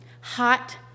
hot